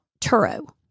Turo